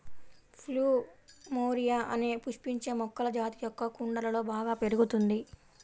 plumeria అనే పుష్పించే మొక్కల జాతి మొక్క కుండలలో బాగా పెరుగుతుంది